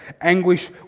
anguish